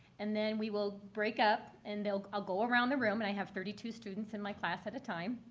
and then we will break up and i'll go around the room. and i have thirty two students in my class at a time.